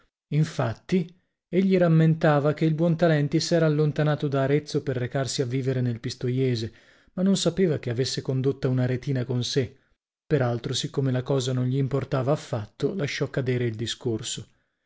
infatti egli rammentava che il buontalenti s'era allontanato da arezzo per recarsi a vivere nel pistoiese ma non sapeva che avesse condotta un'aretina con sè par altro siccome la cosa non gli importava affatto lasciò cadere il discorso